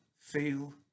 feel